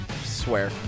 swear